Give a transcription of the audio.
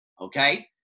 okay